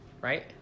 Right